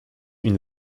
une